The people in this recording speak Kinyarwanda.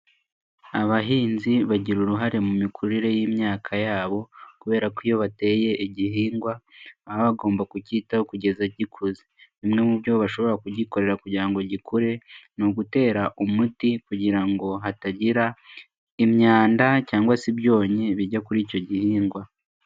Abahinzi bagira uruhare mu mikurire y'imyaka yabo, kubera ko iyo bateye igihingwa baba bagomba kukitaho kugeza gikuze. Bimwe mu byo bashobora kugikorera kugira ngo gikUre, ni ugutera umuti kugira ngo hatagira imyanda cyangwa se ibyonnyi bijya kuri icyo gihingwa.